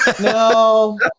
no